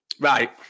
Right